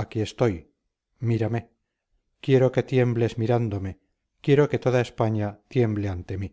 aquí estoy mírame quiero que tiembles mirándome quiero que toda españa tiemble ante mí